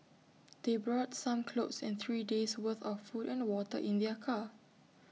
they brought some clothes and three days' worth of food and water in their car